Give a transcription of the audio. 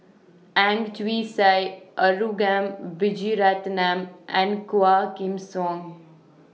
Ang Chwee Sai Arugam Vijiaratnam and Quah Kim Song